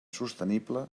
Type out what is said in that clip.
sostenible